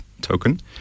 token